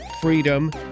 Freedom